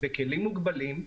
בכלים מוגבלים,